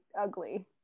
ugly